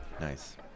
Nice